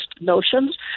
notions